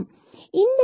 எனவே yfxx fx